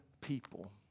people